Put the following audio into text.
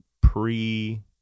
pre